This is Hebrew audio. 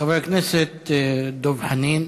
חבר הכנסת דב חנין,